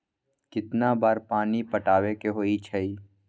कितना बार पानी पटावे के होई छाई?